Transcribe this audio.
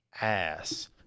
ass